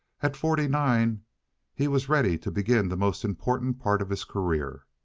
at forty-nine he was ready to begin the most important part of his career.